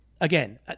again